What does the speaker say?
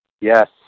Yes